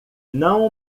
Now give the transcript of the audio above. não